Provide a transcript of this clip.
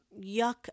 yuck